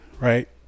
right